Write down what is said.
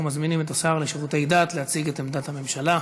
אנחנו מזמינים את השר לשירותי דת להציג את עמדת הממשלה.